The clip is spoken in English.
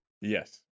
Yes